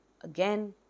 again